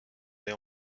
est